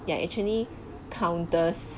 ya actually counters